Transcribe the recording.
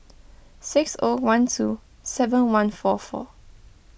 six O one two seven one four four